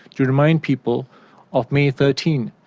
to remind people of may thirteen,